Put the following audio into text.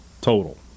total